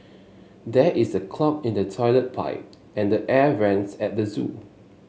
there is a clog in the toilet pipe and the air vents at the zoo